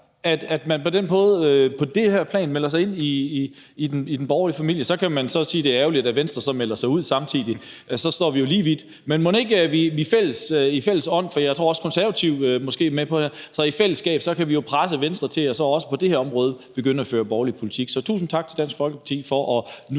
den måde på det her plan melder sig ind i den borgerlige familie. Så kan man så sige, at det er ærgerligt, at Venstre samtidig melder sig ud – så er vi jo lige vidt. Men mon ikke vi i fælles ånd – for jeg tror også, at Konservative måske er med på det her – i fællesskab jo så kan presse Venstre til også på det her område at begynde at føre borgerlig politik? Så tusind tak til Dansk Folkeparti for nu at